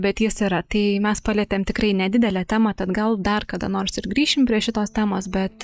bet jis yra tai mes palietėm tikrai nedidelę temą tad gal dar kada nors ir grįšim prie šitos temos bet